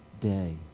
day